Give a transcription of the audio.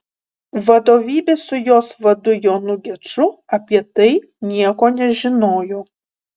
vadovybė su jos vadu jonu geču apie tai nieko nežinojo